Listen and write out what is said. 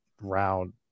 round